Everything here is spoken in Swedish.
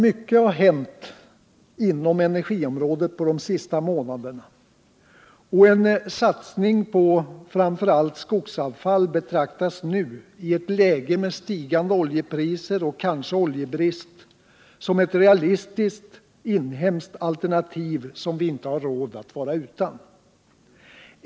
Mycket har hänt inom energiområdet under de senaste månaderna, och en satsning på framför allt skogsavfall betraktas nu, i ett läge med stigande oljepriser och kanske oljebrist, som ett realistiskt, inhemskt alternativ som vi inte har råd att vara utan.